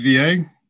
VA